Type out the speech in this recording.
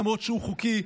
למרות שהוא חוקי,